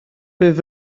bydd